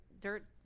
dirt